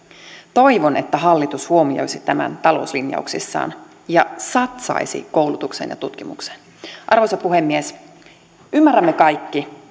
toivon että hallitus huomioisi tämän talouslinjauksissaan ja satsaisi koulutukseen ja tutkimukseen arvoisa puhemies ymmärrämme kaikki